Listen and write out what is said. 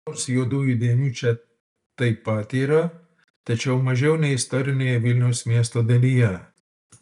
nors juodųjų dėmių čia taip pat yra tačiau mažiau nei istorinėje vilniaus miesto dalyje